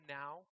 now